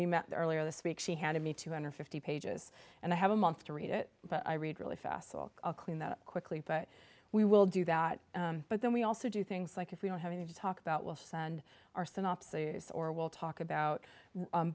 there earlier this week she handed me two hundred fifty pages and i have a month to read it but i read really facile a clean that quickly but we will do that but then we also do things like if we don't have any to talk about we'll send our synopsis or we'll talk about